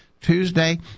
Tuesday